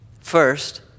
First